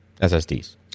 SSDs